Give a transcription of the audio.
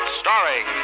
starring